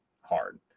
hard